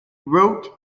wrote